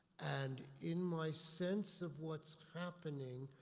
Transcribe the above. and in my sense of what's happeining,